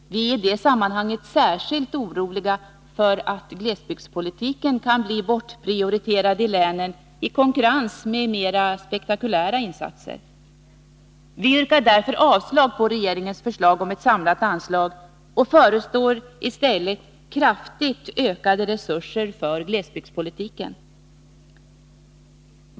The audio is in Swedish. Vi är i det sammanhanget särskilt oroliga för att glesbygdspolitiken kan bli bortprioriterad i länen, i konkurrens med mera spektakulära insatser. Vi yrkar därför avslag på regeringens förslag om ett samlat anslag och föreslår i stället kraftigt ökade resurser för glesbygdspolitiken.